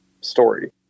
story